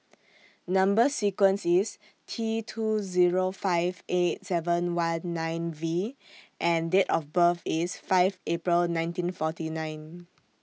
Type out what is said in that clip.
Number sequence IS T two Zero five eight seven one nine V and Date of birth IS five April nineteen forty nine